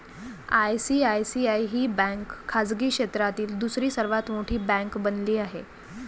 ICICI ही bank खाजगी क्षेत्रातील दुसरी सर्वात मोठी बँक बनली आहे